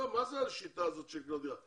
מה זאת השיטה הזאת של לקנות דירה?